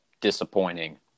disappointing